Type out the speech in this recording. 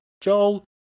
Joel